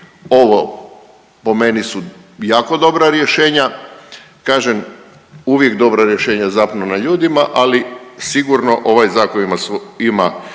Ovo po meni su jako dobra rješenja, kažem uvijek dobra rješenja zapnu na ljudima, ali sigurno ovaj zakon ima,